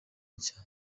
nshya